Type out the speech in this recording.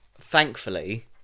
Thankfully